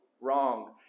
Wrong